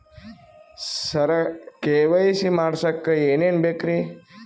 ಸರ KYC ಮಾಡಸಕ್ಕ ಎನೆನ ಬೇಕ್ರಿ?